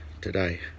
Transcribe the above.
today